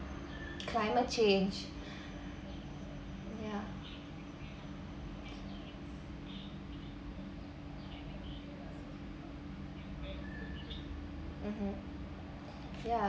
climate change ya mmhmm ya